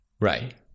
Right